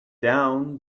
down